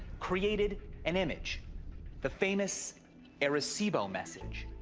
created an image the famous arecibo message.